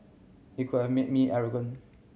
it could have made me arrogant